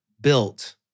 built